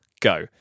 go